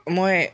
মই